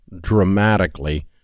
dramatically